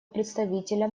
представителя